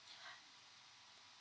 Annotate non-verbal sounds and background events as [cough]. [breath]